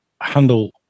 handle